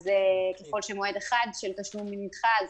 אז ככל שמועד אחד של תשלום נדחה,